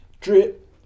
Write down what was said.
drip